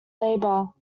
labour